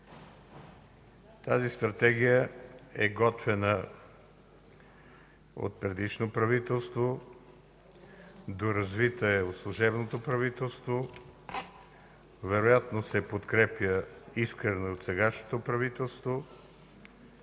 Тази Стратегия е готвена от предишно правителство, доразвита е от служебното правителство, вероятно се подкрепя искрено и от сегашното правителство.